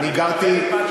אני מדבר על מה שאתה אומר.